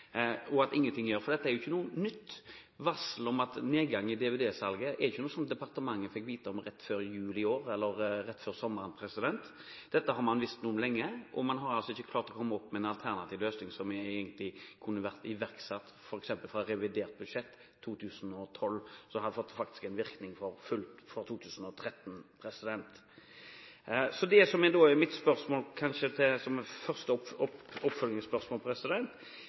ingenting gjort. For dette er ikke noe nytt. Varselet om nedgangen i dvd-salget er ikke noe som departementet fikk vite om rett før jul i år eller rett før sommeren. Dette har man visst om lenge, og man har altså ikke klart å komme opp med en alternativ løsning som egentlig kunne vært iverksatt f.eks. fra revidert budsjett 2012, som faktisk hadde fått virkning for fullt fra 2013. Det som da er mitt